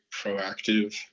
proactive